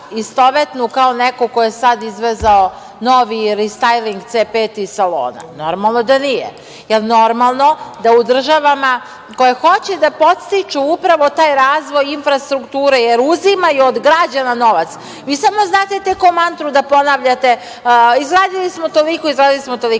istovetnu kao neko ko je sada izvezao novi „Restajling C5“ iz salona? Normalno da nije. Da li je normalno da u državama koje hoće da podstiču, upravo taj razvoj infrastrukture, jer uzimaju od građana novac. Vi samo znate ko mantru da ponavljate - izgradili smo toliko, izgradili smo toliko.